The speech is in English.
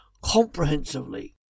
comprehensively